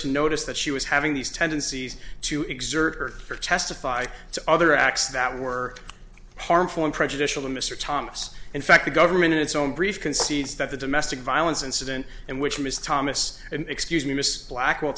to notice that she was having these tendencies to exert her testify to other acts that were harmful and prejudicial to mr thomas in fact the government in its own brief concedes that the domestic violence incident in which ms thomas and excuse me miss blackwell